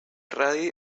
radi